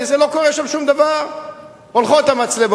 אני אעשה,